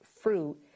fruit